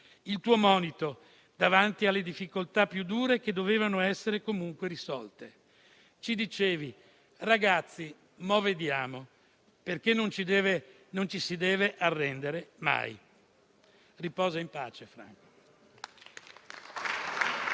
il tuo monito davanti alle difficoltà più dure, che dovevano essere comunque risolte. Ci dicevi: ragazzi, «mo' vediamo», perché non ci si deve arrendere mai. Riposa in pace, Franco.